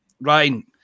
Ryan